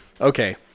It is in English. okay